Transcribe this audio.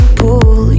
pull